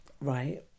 Right